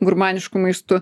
gurmanišku maistu